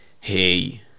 hey